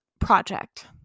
project